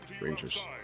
rangers